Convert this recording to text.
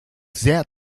sehr